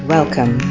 welcome